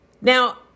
Now